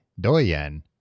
Doyen